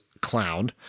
clown